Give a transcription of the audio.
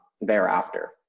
thereafter